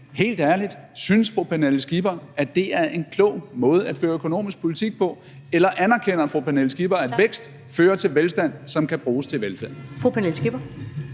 Pernille Skipper, at det er en klog måde at føre økonomisk politik på? Eller anerkender fru Pernille Skipper, at vækst fører til velstand, som kan bruges til velfærd?